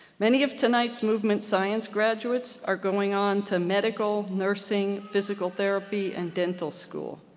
many of tonight's movement science graduates are going on to medical, nursing, physical therapy, and dental school.